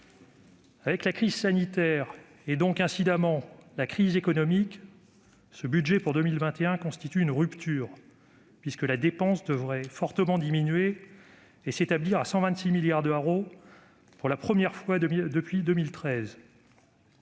Avec la crise sanitaire, et donc incidemment la crise économique, ce budget pour 2021 constitue une rupture puisque la dépense devrait fortement diminuer et s'établir à 126 milliards d'euros, pour la première fois depuis 2013.